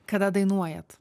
kada dainuojat